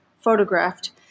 photographed